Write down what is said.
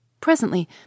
Presently